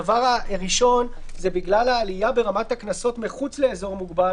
הדבר הראשון זה בגלל העלייה ברמת הקנסות מחוץ לאזור המוגבל,